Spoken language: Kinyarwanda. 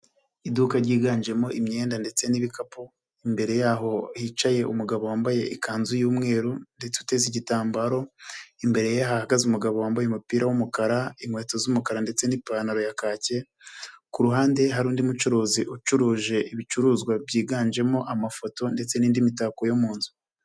Iduka ryiganjemo imyenda ndetse n'ibikapu, imbere y'aho hicaye umugabo wambaye ikanzu y'umweru ndetse uteze igitambaro, imbere ye hahagaze umugabo wambaye umupira w'umukara, inkweto z'umukara ndetse n'ipantaro ya kake, ku ruhande hari undi mucuruzi ucuruje ibicuruzwa byiganjemo amafoto ndetse n'indi mitako yo mu nzu.